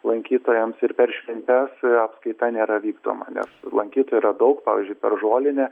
lankytojams ir per šventes apskaita nėra vykdoma nes lankytojų yra daug pavyzdžiui per žolinę